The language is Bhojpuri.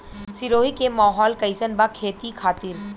सिरोही के माहौल कईसन बा खेती खातिर?